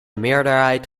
meerderheid